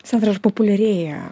sandra ar populiarėja